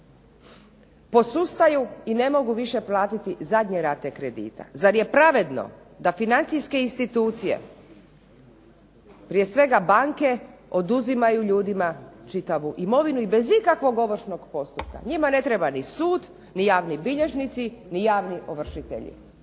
posustaju i ne mogu više platiti zadnje rate kredita. Zar je pravedno da financijske institucije prije svega banka oduzimaju ljudima čitavu imovinu bez ikakvog ovršnog postupka. Njima ne treba ni sud, ni javni bilježnici, ni javni ovršitelji.